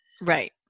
Right